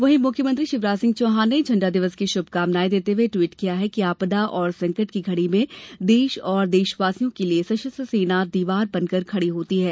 वहीं मुख्यमंत्री शिवराज सिंह चौहान ने झंडा दिवस की शुभकांमनायें देते हुये ट्वीट किया कि आपदा और संकट की घड़ी में देश और देशवासियों के लिये सशस्त्र सेना दीवार बनकर खड़ी होती है